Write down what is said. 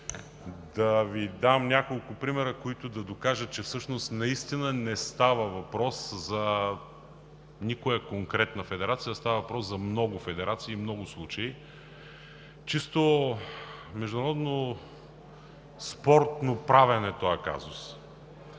да Ви дам няколко примера, които да докажат, че всъщност наистина не става въпрос за никоя конкретна федерация, а става въпрос за много федерации и много случаи. Чисто международно спортно-правен е този казус.